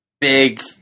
big